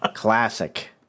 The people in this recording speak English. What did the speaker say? Classic